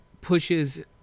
pushes